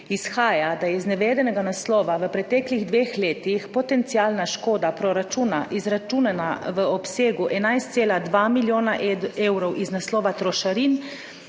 izhaja, da je iz navedenega naslova v preteklih dveh letih izračunana potencialna škoda proračuna v obsegu 11,2 milijona evrov iz naslova trošarin